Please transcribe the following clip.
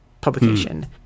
publication